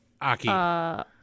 Aki